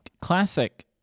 classic